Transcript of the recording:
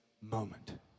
Moment